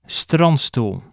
strandstoel